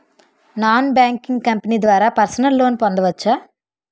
Non banking company ద్వారా personal loan పొందవచ్చా?